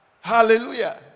hallelujah